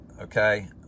okay